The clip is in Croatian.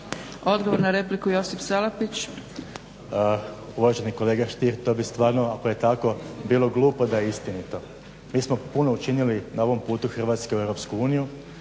**Salapić, Josip (HDSSB)** Uvaženi kolega Stier to bi stvarno ako je tako bilo glupo da je istinito. Mi smo puno učinili na ovom putu Hrvatske u EU, puno